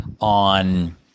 on –